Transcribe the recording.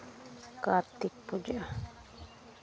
Kartik Puja